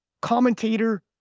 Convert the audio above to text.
commentator